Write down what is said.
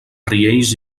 riells